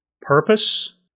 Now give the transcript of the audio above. purpose